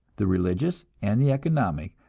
the religious and the economic,